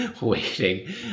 waiting